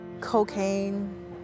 Cocaine